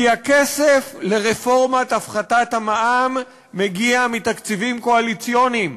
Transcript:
כי הכסף לרפורמת הפחתת המע"מ מגיע מתקציבים קואליציוניים,